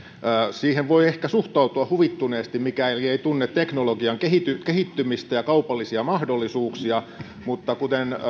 siihen voi ehkä suhtautua huvittuneesti mikäli ei tunne teknologian kehittymistä ja kaupallisia mahdollisuuksia mutta kuten